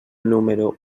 número